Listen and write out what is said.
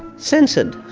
censored.